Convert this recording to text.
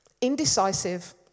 Indecisive